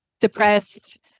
depressed